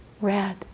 red